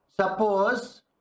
Suppose